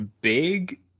big